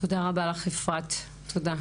תודה רבה לך אפרת, תודה.